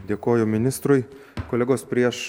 dėkoju ministrui kolegos prieš